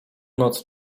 noc